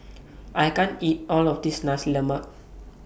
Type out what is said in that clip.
I can't eat All of This Nasi Lemak